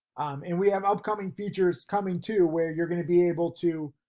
and we have upcoming features coming too where you're gonna be able to,